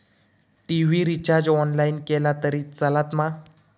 TV recharge online केला तरी चलात मा?